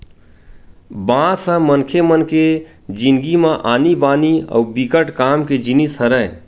बांस ह मनखे मन के जिनगी म आनी बानी अउ बिकट काम के जिनिस हरय